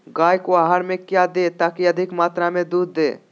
गाय को आहार में क्या दे ताकि अधिक मात्रा मे दूध दे?